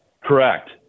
Correct